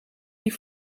die